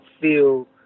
feel